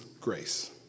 grace